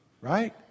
right